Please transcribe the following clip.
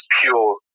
pure